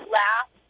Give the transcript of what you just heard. laugh